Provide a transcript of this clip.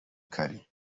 kare